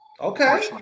Okay